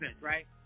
right